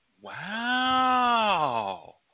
Wow